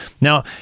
Now